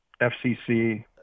FCC